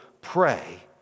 pray